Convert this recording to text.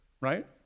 right